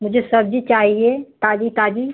मुझे सब्जी चाहिए ताजी ताजी